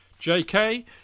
JK